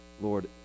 Lord